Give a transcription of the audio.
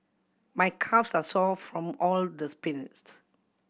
my calves are sore from all the sprints